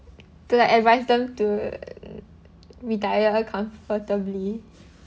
to like advise them to retire comfortably